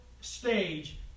stage